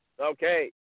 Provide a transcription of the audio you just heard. Okay